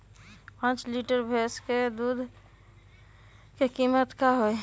पाँच लीटर भेस दूध के कीमत का होई?